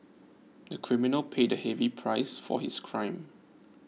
the criminal paid a heavy price for his crime